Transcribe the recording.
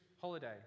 holiday